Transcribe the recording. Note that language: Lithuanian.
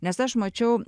nes aš mačiau